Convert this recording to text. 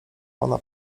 ona